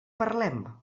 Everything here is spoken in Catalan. parlem